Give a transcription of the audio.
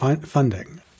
funding